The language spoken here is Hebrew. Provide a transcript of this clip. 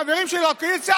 חברים שלי לקואליציה,